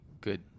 good